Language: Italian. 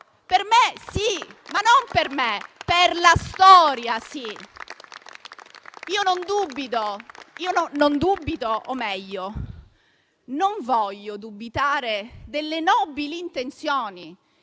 Per me sì, ma non per me, per la storia sì. Io non dubito, o meglio, non voglio dubitare delle nobili intenzioni.